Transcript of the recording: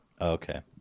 Okay